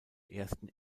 ersten